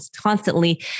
constantly